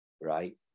Right